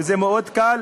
וזה מאוד קל,